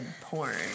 porn